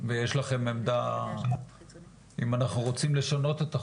אם אנחנו רוצים לשנות את החוק,